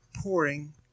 pouring